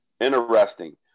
interesting